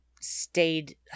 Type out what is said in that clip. stayed